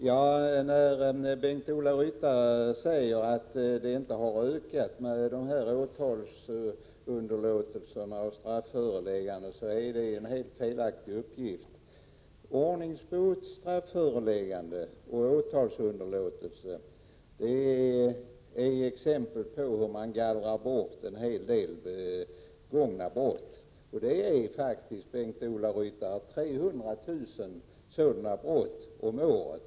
Herr talman! När Bengt-Ola Ryttar säger att antalet åtalsunderlåtelser och strafförelägganden inte har ökat så är det en helt felaktig uppgift. Ordningsbot, strafföreläggande och åtalsunderlåtelse är exempel på hur man gallrar bort en hel del begångna brott. Det sker faktiskt, Bengt-Ola Ryttar, 300 000 sådana brott om året.